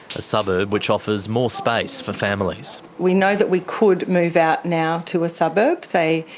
a suburb which offers more space for families. we know that we could move out now to a suburb, say,